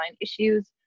issues